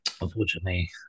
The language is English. unfortunately